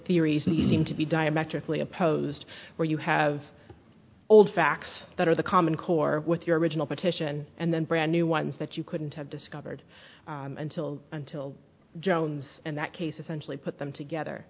theories and seem to be diametrically opposed where you have old facts that are the common core with your original petition and then brand new ones that you couldn't have discovered until until jones and that case essentially put them together